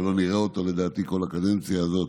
ולא נראה אותו לדעתי כל הקדנציה הזאת.